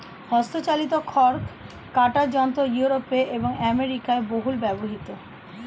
হস্তচালিত খড় কাটা যন্ত্র ইউরোপে এবং আমেরিকায় বহুল ব্যবহৃত